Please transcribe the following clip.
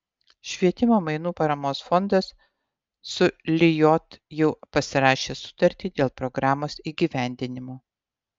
švietimo mainų paramos fondas su lijot jau pasirašė sutartį dėl programos įgyvendinimo